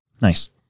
Nice